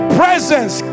presence